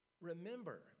remember